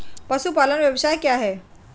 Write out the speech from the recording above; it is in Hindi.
पशुपालन व्यवसाय क्या है?